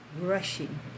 rushing